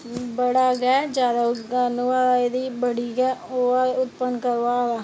बड़ा गै जादा उंदा होआ दा बड़ी गै जादै होआ दा